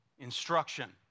Instruction